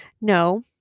No